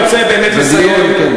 אני רוצה באמת לסיים.